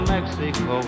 Mexico